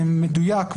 מדויק,